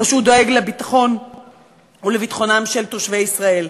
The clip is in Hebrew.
או שהוא דואג לביטחון ולביטחונם של תושבי ישראל?